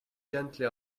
gently